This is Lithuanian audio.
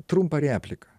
trumpą repliką